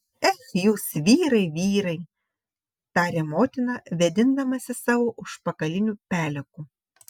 ech jūs vyrai vyrai tarė motina vėdindamasi savo užpakaliniu peleku